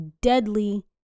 deadly